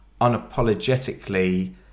unapologetically